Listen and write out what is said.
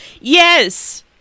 Yes